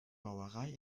brauerei